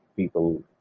People